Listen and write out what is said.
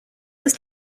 ist